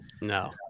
no